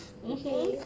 okay